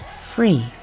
free